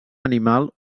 animal